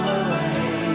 away